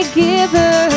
giver